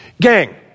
Gang